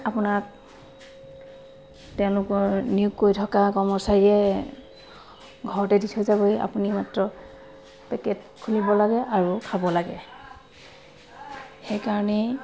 আপোনাক তেওঁলোকৰ নিয়োগ কৰি থকা কৰ্মচাৰীয়ে ঘৰতে দি থৈ যাবহি আপুনি মাত্ৰ পেকেট খুলিব লাগে আৰু খাব লাগে সেইকাৰণেই